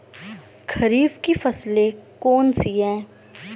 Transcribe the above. खरीफ की फसलें कौन कौन सी हैं?